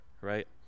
right